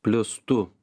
plius tu